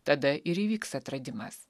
tada ir įvyks atradimas